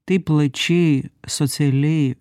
taip plačiai socialiai